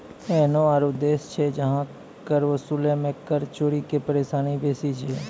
एहनो आरु देश छै जहां कर वसूलै मे कर चोरी के परेशानी बेसी छै